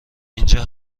اینجا